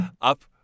up